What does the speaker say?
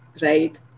right